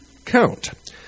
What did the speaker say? count